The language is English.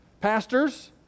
pastors